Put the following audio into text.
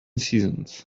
seasons